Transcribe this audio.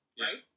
Right